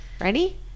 Ready